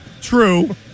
true